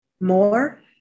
more